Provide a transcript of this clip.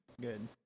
Good